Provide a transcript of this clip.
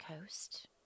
Coast